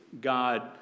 God